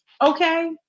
okay